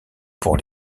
pour